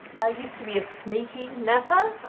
i used to be a sneaky napper.